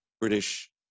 British